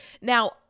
Now